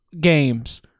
games